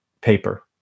paper